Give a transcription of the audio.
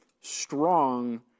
strong